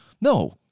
No